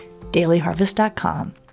dailyharvest.com